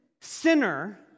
sinner